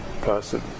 person